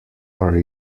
are